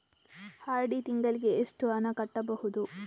RD ತಿಂಗಳಿಗೆ ಎಷ್ಟು ಹಣ ಕಟ್ಟಬಹುದು?